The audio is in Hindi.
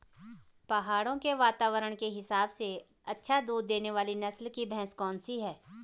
पहाड़ों के वातावरण के हिसाब से अच्छा दूध देने वाली नस्ल की भैंस कौन सी हैं?